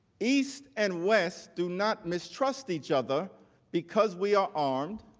east and west do not mistrust each other because we are armed,